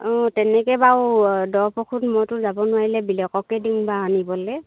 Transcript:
অঁ তেনেকৈ বাৰু দৰব ঔষধ মইতো যাব নোৱাৰিলে বেলেগকে দিওঁ বাৰু আনিবলৈ